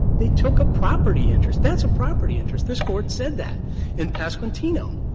they took a property interest. that's a property interest. this court said that in pasquantino.